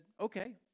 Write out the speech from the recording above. okay